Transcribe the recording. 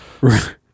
Right